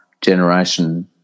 generation